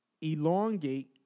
elongate